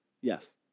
Yes